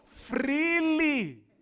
Freely